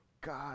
God